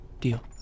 Deal